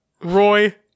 Roy